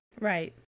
Right